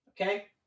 Okay